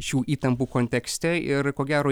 šių įtampų kontekste ir ko gero